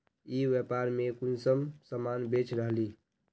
ई व्यापार में कुंसम सामान बेच रहली?